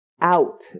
out